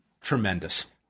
tremendous